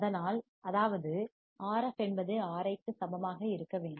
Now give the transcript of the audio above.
அதனால் அதாவது Rf என்பது Ri க்கு சமமாக இருக்க வேண்டும்